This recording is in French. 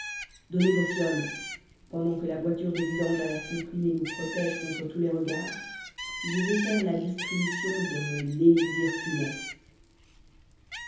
donnez vos fioles pendant que la voiture de vidange à air comprimé nous protège contre tous les regards je vais faire la distribution de l'élixir funeste